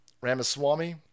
Ramaswamy